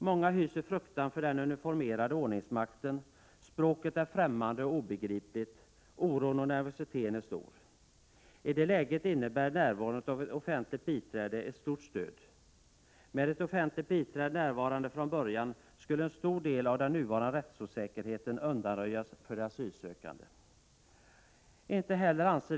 Många hyser fruktan för den uniformerade ordningsmakten, språket är främmande och obegripligt, oron och nervositeten är stor. I det läget innebär närvaro av ett offentligt biträde ett stort stöd. Därmed skulle en stor del av den nuvarande rättsosäkerheten för de asylsökande undanröjas.